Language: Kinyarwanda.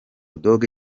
dogg